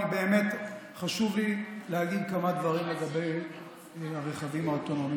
באמת חשוב לי להגיד כמה דברים לגבי הרכבים האוטונומיים.